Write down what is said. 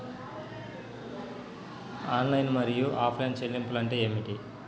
Online మరియు offline చెల్లింపులు అంటే ఏమిటి?